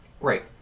Right